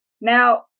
Now